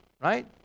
Right